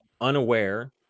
unaware